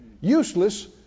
Useless